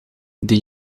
die